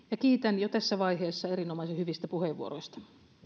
kiitän jo tässä vaiheessa erinomaisen hyvistä puheenvuoroista